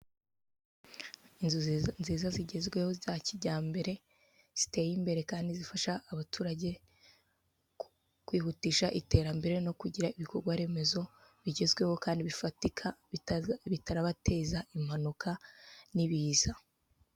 Inzu nziza zigezweho za kijyambere, ziteye imbere kandi zifasha abaturage kwihutisha iterambere no kugira ibikorwa remezo bigezweho kandi bifatika bitarabateza impanuka n'ibiza.